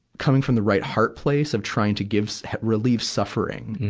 coming from the right heart place of trying to give, relieve suffering.